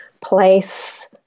place